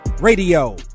radio